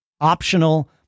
optional